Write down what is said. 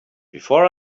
before